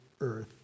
earth